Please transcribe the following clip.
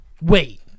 Wait